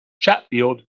Chatfield